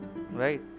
right